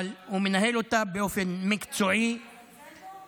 אבל הוא מנהל אותה באופן מקצועי ודקדקני.